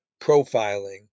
profiling